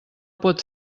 pot